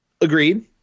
Agreed